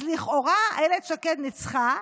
אז לכאורה אילת שקד ניצחה,